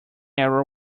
arrow